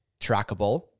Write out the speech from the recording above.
trackable